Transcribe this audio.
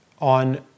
on